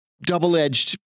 double-edged